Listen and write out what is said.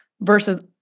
versus